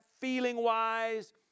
feeling-wise